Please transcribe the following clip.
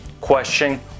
question